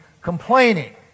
complaining